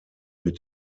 mit